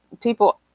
people